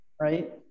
Right